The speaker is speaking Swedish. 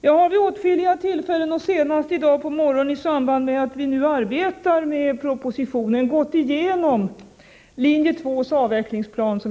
Jag har vid åtskilliga tillfällen, senast i dag på morgonen, i samband med att vi nu arbetar med propositionen gått igenom linje 2:s avvecklingsplan.